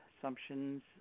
assumptions